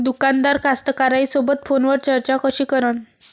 दुकानदार कास्तकाराइसोबत फोनवर चर्चा कशी करन?